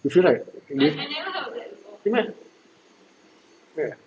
you feel like you know really meh ya